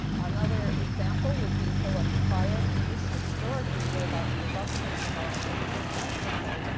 another example would be hill of fire. this historic reader about the eruption of a volcano in mexico,